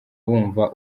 wumva